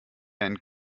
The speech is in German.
ein